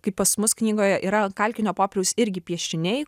kai pas mus knygoje yra kalkinio popieriaus irgi piešiniai